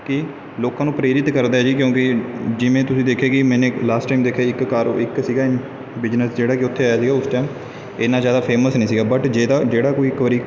ਕਿ ਲੋਕਾਂ ਨੂੰ ਪ੍ਰੇਰਿਤ ਕਰਦਾ ਜੀ ਕਿਉਂਕਿ ਜਿਵੇਂ ਤੁਸੀਂ ਦੇਖਿਆ ਕਿ ਮੈਨੇ ਲਾਸਟ ਟਾਈਮ ਦੇਖਿਆ ਇੱਕ ਕਾਰੋ ਇੱਕ ਸੀਗਾ ਬਿਜ਼ਨਸ ਜਿਹੜਾ ਕਿ ਉੱਥੇ ਆਇਆ ਸੀਗਾ ਉਸ ਟਾਈਮ ਇੰਨਾ ਜ਼ਿਆਦਾ ਫੇਮਸ ਨਹੀਂ ਸੀਗਾ ਬਟ ਜੇਦਾ ਜਿਹੜਾ ਕੋਈ ਇੱਕ ਵਾਰ